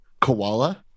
koala